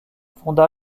fonda